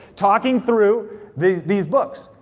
talking through these these books.